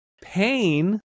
pain